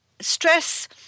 stress